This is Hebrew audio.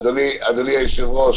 אדוני היושב-ראש,